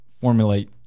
formulate